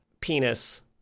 penis